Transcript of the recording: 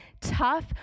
tough